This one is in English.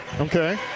Okay